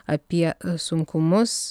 apie sunkumus